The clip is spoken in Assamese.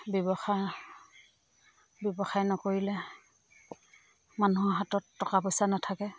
ব্যৱসায় ব্যৱসায় নকৰিলে মানুহৰ হাতত টকা পইচা নাথাকে